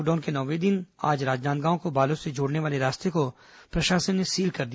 lockdown के नौवें दिन आज राजनांदगांव को बालोद से जोड़ने वाले रास्ते को प्रशासन ने सील कर दिया